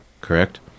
correct